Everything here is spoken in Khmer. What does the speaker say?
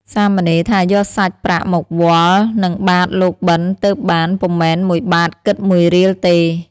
សាមណេរថាយកសាច់ប្រាក់មកវាល់នឹងបាត្រលោកបិណ្ឌទើបបាន ពុំមែន ១បាទ គិត១រៀលទេ។